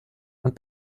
und